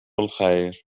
الخير